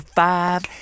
five